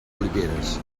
oliveres